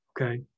okay